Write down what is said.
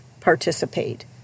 participate